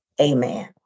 Amen